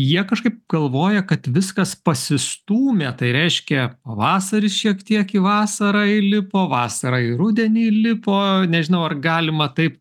jie kažkaip galvoja kad viskas pasistūmė tai reiškia pavasaris šiek tiek į vasarą įlipo vasara į rudenį įlipo nežinau ar galima taip